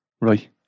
Right